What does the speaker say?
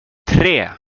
tre